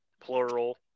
plural